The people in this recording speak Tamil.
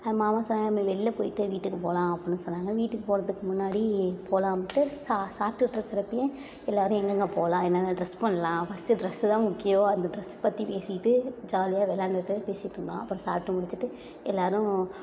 என் மாமா சொன்னாங்க நம்ம வெளில போய்விட்டு வீட்டுக்கு போகலாம் அப்புடின்னு சொன்னாங்க வீட்டுக்கு போவதுக்கு முன்னாடி போகலாம்ட்டு சா சாப்பிட்டுட்ருக்குறப்பயே எல்லாேரும் எங்கெங்கே போகலாம் என்னென்ன ட்ரெஸ் பண்ணலாம் ஃபஸ்ட்டு ட்ரெஸ்ஸு தான் முக்கியம் அந்த ட்ரெஸ் பற்றி பேசிக்கிட்டு ஜாலியாக விளாண்டுட்டு பேசிகிட்ருந்தோம் அப்புறம் சாப்பிட்டு முடிச்சுட்டு எல்லாேரும்